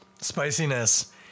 spiciness